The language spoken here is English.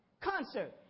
concert